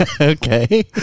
Okay